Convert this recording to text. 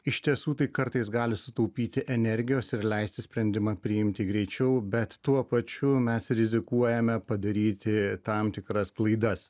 iš tiesų tai kartais gali sutaupyti energijos ir leisti sprendimą priimti greičiau bet tuo pačiu mes rizikuojame padaryti tam tikras klaidas